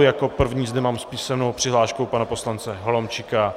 Jako první zde mám písemnou přihlášku pana poslance Holomčíka.